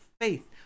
faith